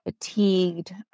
fatigued